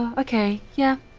ah okay, yeah.